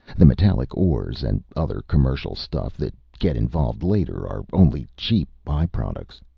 the metallic ores and other commercial stuff that get involved later are only cheap by-products.